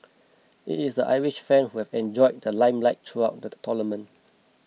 it is the Irish fans who have enjoyed the limelight throughout the tournament